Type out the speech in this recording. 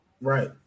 Right